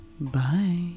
bye